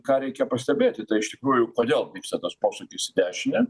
ką reikia pastebėti tai iš tikrųjų kodėl vyksta tas posūkis į dešinę